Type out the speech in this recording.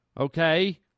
Okay